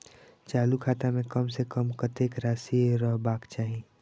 चालु खाता में कम से कम कतेक राशि रहबाक चाही?